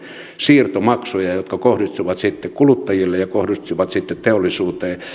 siirtomaksuja jotka sitten kohdistuvat kuluttajille ja teollisuuteen